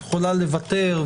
יכולה לוותר,